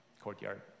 courtyard